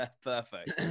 Perfect